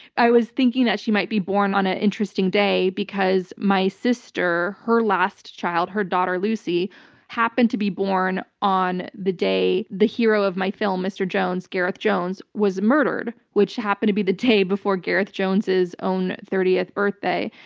i was thinking that she might be born on an interesting day because my sister, her last child, her daughter lucy happened to be born on the day the hero of my film, mr. jones, gareth jones, was murdered, which happened to be the day before gareth jones' own thirtieth birthday.